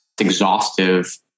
exhaustive